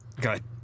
Good